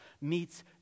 meets